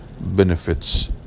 benefits